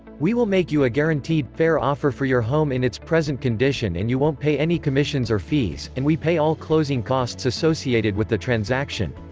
we will make you a guaranteed, fair offer for your home in its present condition and you won't pay any commissions or fees, and we pay all closing costs associated with the transaction.